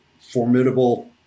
formidable